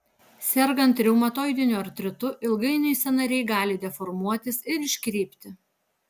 sergant reumatoidiniu artritu ilgainiui sąnariai gali deformuotis ir iškrypti